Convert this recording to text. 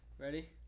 Ready